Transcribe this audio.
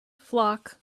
flock